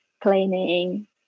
cleaning